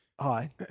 Hi